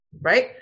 right